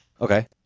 Okay